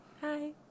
Hi